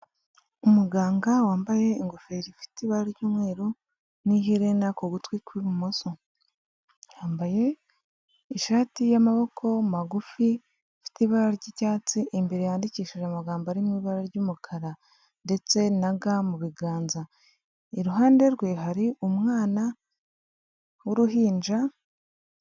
Umuganga wambaye ingofero ifite ibara ry'umweru n'iherena ku gutwi kw'ibumoso, yambaye ishati y'amaboko magufi ifite ibara ry'icyatsi, imbere yandikishije amagambo ari mu ibara ry'umukara ndetse na ga mu biganza, iruhande rwe hari umwana w'uruhinja.